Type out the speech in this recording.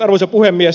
arvoisa puhemies